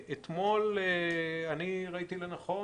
אתמול ראיתי לנכון,